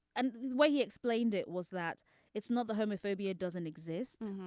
and the way he explained it was that it's not the homophobia doesn't exist